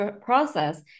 process